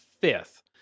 fifth